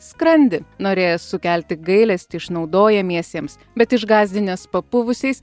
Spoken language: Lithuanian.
skrandį norėjęs sukelti gailestį išnaudojamiesiems bet išgąsdinęs papuvusiais